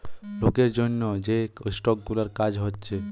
লোকের জন্যে যে স্টক গুলার কাজ হচ্ছে